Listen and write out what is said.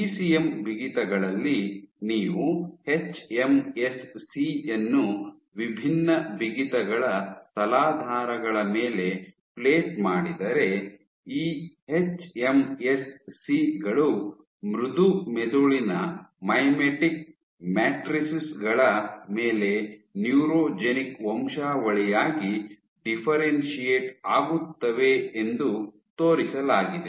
ECM ಬಿಗಿತಗಳಲ್ಲಿ ನೀವು HMSC ಯನ್ನು ವಿಭಿನ್ನ ಬಿಗಿತಗಳ ತಲಾಧಾರಗಳ ಮೇಲೆ ಪ್ಲೇಟ್ ಮಾಡಿದರೆ ಈ ಎಚ್ಎಂಎಸ್ಸಿ ಗಳು ಮೃದು ಮೆದುಳಿನ ಮೈಮೆಟಿಕ್ ಮ್ಯಾಟ್ರಿಸೆಸ್ ಗಳ ಮೇಲೆ ನ್ಯೂರೋಜೆನಿಕ್ ವಂಶಾವಳಿಯಾಗಿ ಡಿಫ್ಫೆರೆನ್ಶಿಯೇಟ್ ಆಗುತ್ತವೆ ಎಂದು ತೋರಿಸಲಾಗಿದೆ